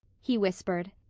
he whispered.